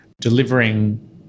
delivering